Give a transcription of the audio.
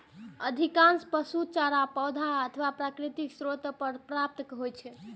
अधिकांश पशु चारा पौधा अथवा प्राकृतिक स्रोत सं प्राप्त होइ छै